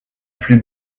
plus